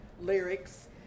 lyrics